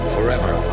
Forever